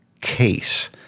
case